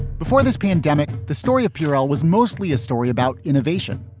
before this pandemic, the story of pure oil was mostly a story about innovation,